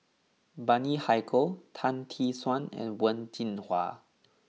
Bani Haykal Tan Tee Suan and Wen Jinhua